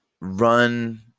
run